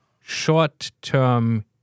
short-term